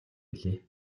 билээ